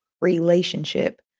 relationship